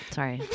sorry